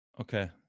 Okay